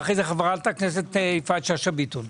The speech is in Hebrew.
ואחריו חברת הכנסת יפעת שאשא ביטון.